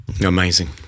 amazing